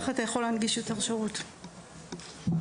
שרי,